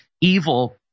evil